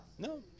No